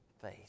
faith